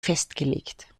festgelegt